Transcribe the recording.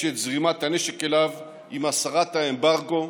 את זרימת הנשק אליו עם הסרת האמברגו,